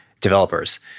developers